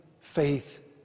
faith